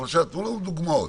למשל, תנו לנו דוגמאות.